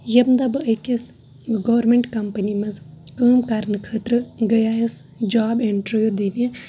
ییٚمہِ دۄہ بہٕ أکِس گورمینٛٹ کَمپٔنی منٛز کٲم کَرنہٕ خٲطرٕ گٔیے یَس جاب اِنٹَروِو دِنہٕ